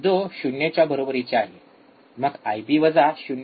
जो ० च्या बरोबरीचे आहे मग आयबी वजा ०